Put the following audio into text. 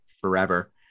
forever